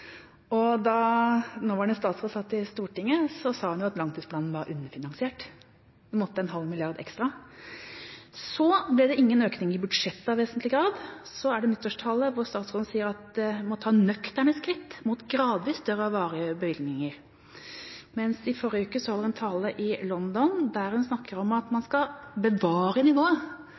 Da nåværende statsråd satt i Stortinget, sa hun at langtidsplanen var underfinansiert – det måtte til en halv milliard ekstra. Så ble det ingen økning i budsjettet av vesentlig grad. Så er det nyttårstale, hvor statsråden sier at man må ta «nøkterne skritt mot gradvis større og varige bevilgninger», mens hun i forrige uke holdt en tale i London der hun snakket om at man skal bevare nivået